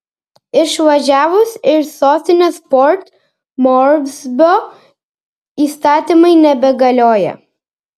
išvažiavus iš sostinės port morsbio įstatymai nebegalioja